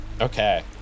Okay